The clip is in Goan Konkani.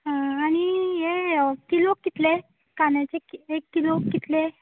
आं आनी यें किलोक कितले कांद्याचे के एक किलोक कितले